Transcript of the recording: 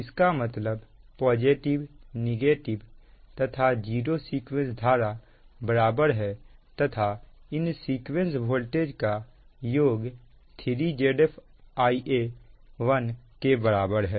इसका मतलब positive negative तथा जीरो सीक्वेंस धारा बराबर है तथा इन सीक्वेंस वोल्टेज का योग 3 Zf Ia1के बराबर है